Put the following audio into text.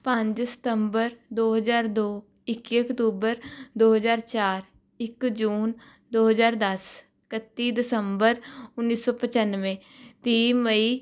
ਪੰਜ ਸਤੰਬਰ ਦੋ ਹਜ਼ਾਰ ਦੋ ਇੱਕੀ ਅਕਤੂਬਰ ਦੋ ਹਜ਼ਾਰ ਚਾਰ ਇੱਕ ਜੂਨ ਦੋ ਹਜ਼ਾਰ ਦਸ ਇਕੱਤੀ ਦਸੰਬਰ ਉੱਨੀ ਸੌ ਪਚਾਨਵੇਂ ਤੀਹ ਮਈ